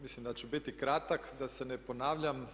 Mislim da ću biti kratak da se ne ponavljam.